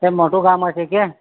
કેમ મોટું કામ હશે કે